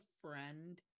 friend